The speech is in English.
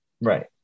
Right